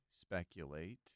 speculate